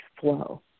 flow